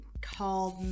called